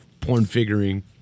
porn-figuring